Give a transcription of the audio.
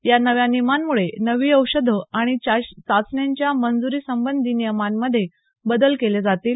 या नव्या नियमांमुळे नवी औषधं आणि चाचण्यांच्या मंजूरी संबंधी नियमांमध्ये बदल केले जातील